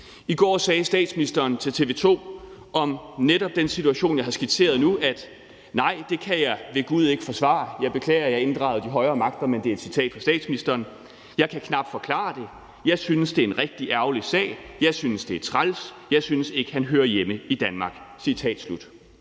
I går sagde statsministeren til TV 2 om netop den situation, jeg har skitseret nu: »Nej, det kan jeg ved gud ikke forsvare«. Jeg beklager, at jeg har inddraget de højere magter, men det er et citat fra statsministeren, og det fortsætter: »Jeg kan knap forklare det. Jeg synes, det er en rigtig ærgerlig sag. Jeg synes, at det er træls. Jeg synes ikke, at han hører hjemme i Danmark.« Godt så.